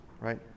right